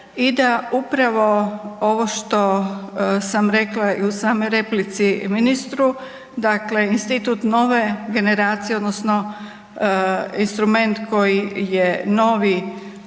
i da upravo ovo što sam rekla i u samoj replici ministru, dakle institut nove generacije odnosno instrument koji je novi